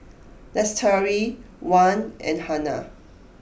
Lestari Wan and Hana